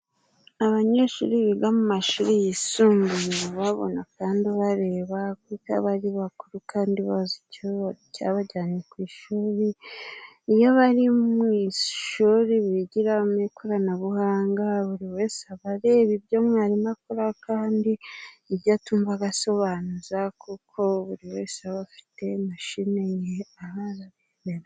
Abanyeshuri biga mu mashuri yisumbuye baba babona kandi bareba kuko baba ari bakuru kandi bazi icyabajyanye ku ishuri. Iyo bari mu ishuri bigira mu ikoranabuhanga buri wese aba areba ibyo mwarimu akora, kandi ibyo atumamva agasobanuza kuko buri wese aba afite mashine aramera.